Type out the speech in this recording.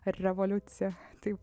revoliuciją taip